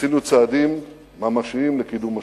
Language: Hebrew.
עשינו צעדים ממשיים לקידום השלום.